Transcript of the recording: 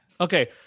Okay